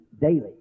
daily